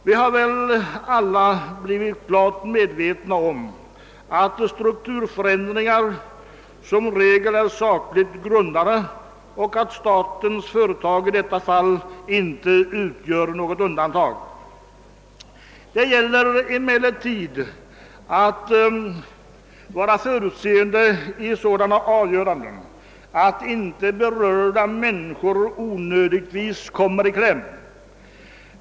Vi är väl alla medvetna om att strukturförändringar som regel är sakligt grundade och att statens företag i detta fall inte utgör något undantag. Det gäller emellertid att vara förutseende i dylika avgöranden, så att inte berörda människor onödigtvis kommer i kläm.